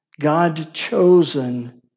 God-chosen